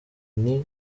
nti